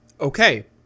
Okay